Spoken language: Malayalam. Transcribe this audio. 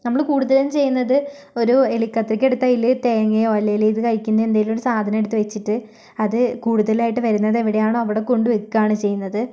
നമ്മള് കൂടുതലും ചെയ്യുന്നത് ഒരു എലിക്കത്രിക എടുത്ത് അതില് തേങ്ങയോ അല്ലെങ്കിൽ ഇത് കഴിക്കുന്ന എന്തേലും ഒരു സാധനം എടുത്ത് വച്ചിട്ട് അത് കൂടുതലായിട്ട് വരുന്നതെവിടെയാണോ അവിടെ കൊണ്ട് വെയ്ക്കുകയാണ് ചെയ്യുന്നത്